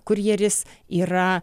kurjeris yra